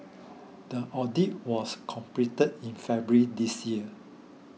the audit was completed in February this year